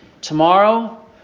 Tomorrow